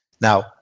Now